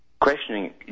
Questioning